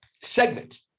segment